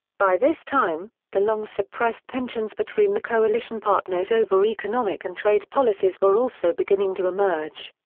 by this time, the long-suppressed tensions between the coalition partners over economic and trade policies were also beginning to emerge.